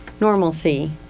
normalcy